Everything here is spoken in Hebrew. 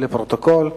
לפרוטוקול.